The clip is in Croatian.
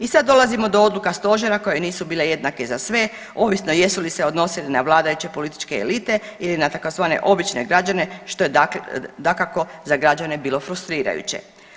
I sad dolazimo do odluka Stožera koje nisu bile jednake za sve, ovisno jesu li se odnosile na vladajuće političke elite ili na tzv. obične građane što je dakako za građane bilo frustrirajuće.